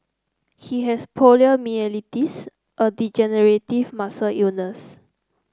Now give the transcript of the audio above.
he has poliomyelitis a degenerative muscle illness